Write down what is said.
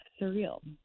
surreal